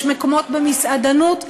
יש מקומות במסעדנות,